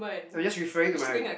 I'm just referring to my